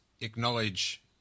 acknowledge